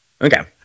Okay